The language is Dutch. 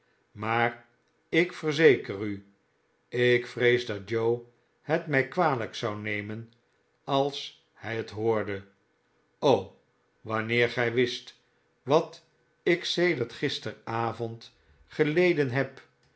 maar ik verzeker u ik vrees dat joe het mij kwalijk zou nemen als hij het hoorde wanneer gij wist wat ik sedert gisteravond geleden heb